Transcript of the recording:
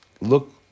look